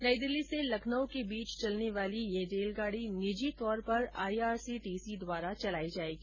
नई दिल्ली से लखनऊ के बीच चलने वाली ये रेलगाडी निजी तौर पर आईआरसीटीसी द्वारा चलाई जायेगी